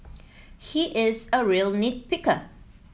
he is a real nit picker